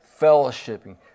fellowshipping